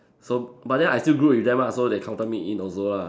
so but then I still group with them lah so they counted me in also lah